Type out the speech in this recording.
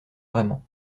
vraiment